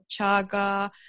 chaga